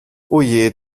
oje